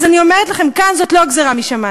אז אני אומרת לכם, כאן זאת לא גזירה משמים.